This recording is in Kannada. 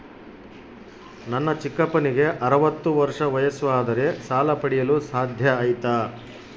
ನನ್ನ ಚಿಕ್ಕಪ್ಪನಿಗೆ ಅರವತ್ತು ವರ್ಷ ವಯಸ್ಸು ಆದರೆ ಸಾಲ ಪಡೆಯಲು ಸಾಧ್ಯ ಐತಾ?